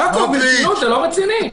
יעקב, ברצינות, זה לא רציני.